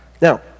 Now